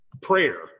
Prayer